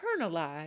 internalize